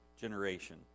generation